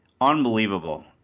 Unbelievable